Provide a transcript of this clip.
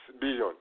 billion